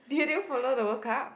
did you did you follow the workout